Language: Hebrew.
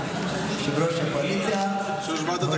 שישה בעד,